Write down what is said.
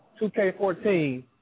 2K14